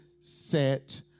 set